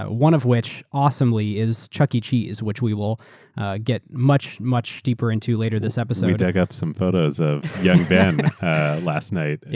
ah one of which awesomely is chuck e. cheese, which we will ah get much, much deeper into later this episode. we dug up some photos of young ben last night.